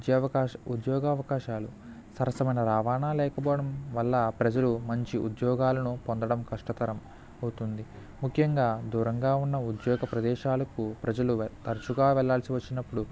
ఉద్యోగ ఉద్యోగావకాశాలు సరసమైన రవాణ లేకపోవటం వల్ల ప్రజలు మంచి ఉద్యోగాలను పొందడం కష్టతరం అవుతుంది ముఖ్యంగా దూరంగా ఉన్న ఉద్యోగ ప్రదేశాలకు ప్రజలు తరుచుగా వెళ్ళా ల్సివచ్చినప్పుడు